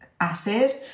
acid